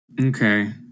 Okay